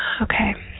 Okay